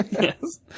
Yes